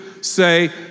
say